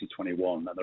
2021